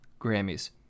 Grammys